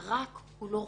ה"רק" הוא לא רק.